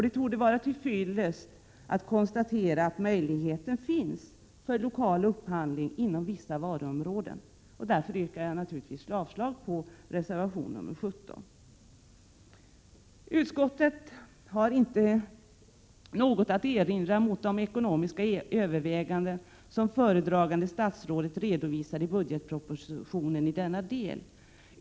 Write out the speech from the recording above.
Det torde vara till fyllest att konstatera att möjligheten finns för lokal upphandling inom vissa varuområden. Därför yrkar jag avslag på reservation nr 17. Utskottet har inte något att erinra mot de ekonomiska överväganden som föredragande statsrådet redovisar i budgetpropositionen i denna del.